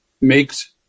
makes